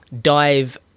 dive